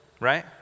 Right